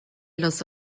los